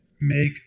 make